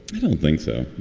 i don't think so.